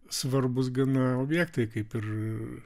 svarbūs gana objektai kaip ir